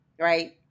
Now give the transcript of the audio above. Right